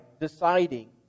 deciding